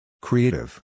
Creative